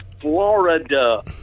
Florida